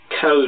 code